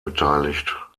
beteiligt